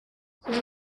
kuba